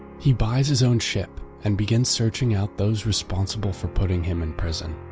he buys his own ship and begins searching out those responsible for putting him in prison.